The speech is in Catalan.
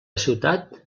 ciutat